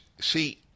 see